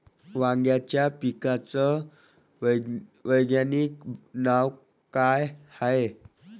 वांग्याच्या पिकाचं वैज्ञानिक नाव का हाये?